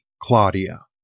Claudia